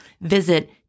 Visit